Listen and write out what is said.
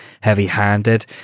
heavy-handed